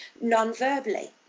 non-verbally